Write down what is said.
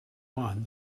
one